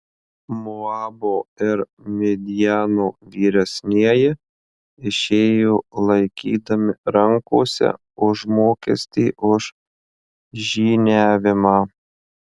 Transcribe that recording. moabo ir midjano vyresnieji išėjo laikydami rankose užmokestį už žyniavimą